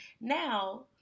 Now